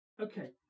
Okay